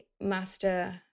master